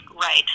Right